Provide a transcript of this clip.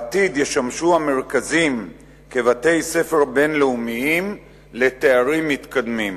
בעתיד ישמשו המרכזים בתי-ספר בין-לאומיים לתארים מתקדמים.